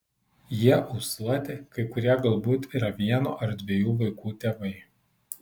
jie ūsuoti kai kurie galbūt yra vieno ar dviejų vaikų tėvai